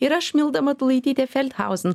ir aš milda matulaitytė feldhausen